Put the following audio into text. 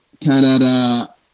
Canada